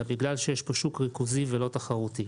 אלא בגלל שיש פה שוק ריכוזי ולא תחרותי.